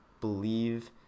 believe